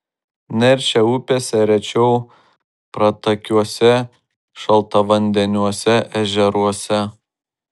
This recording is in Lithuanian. neršia upėse rečiau pratakiuose šaltavandeniuose ežeruose